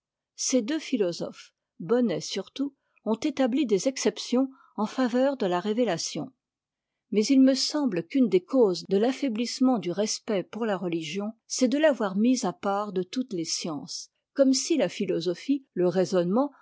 ces deux philosophes bonnet surtout ont établi des exceptions en faveur de la révélation mais il me semble qu'une des causes de l'affaiblissement du respect pour la religion c'est de l'avoir mise a part de toutes les sciences comme si la philosophie le raisonnement